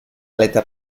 aleta